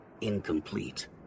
incomplete